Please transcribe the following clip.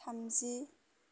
थामजि